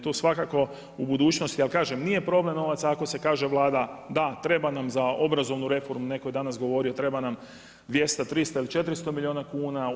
To svakako u budućnosti, ali kaže, nije problem novaca ako se kaže Vlada, da treba nam za obrazovnu reformu, netko je danas govorio, treba nam 200, 300 ili 400 milijuna kuna.